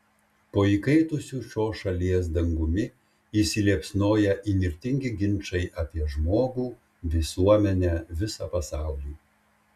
po įkaitusiu šios šalies dangumi įsiliepsnoja įnirtingi ginčai apie žmogų visuomenę visą pasaulį